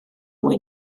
mwy